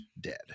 dead